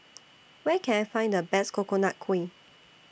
Where Can I Find The Best Coconut Kuih